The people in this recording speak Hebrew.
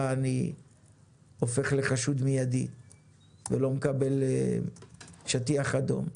אני הופך לחשוד מידי ולא מקבל שטיח אדום.